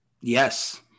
Yes